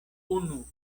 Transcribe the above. unu